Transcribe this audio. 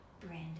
Brandon